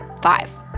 five.